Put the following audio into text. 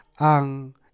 Ang